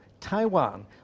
Taiwan